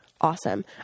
awesome